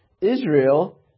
Israel